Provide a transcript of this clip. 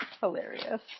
Hilarious